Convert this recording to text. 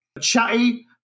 Chatty